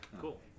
Cool